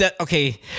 Okay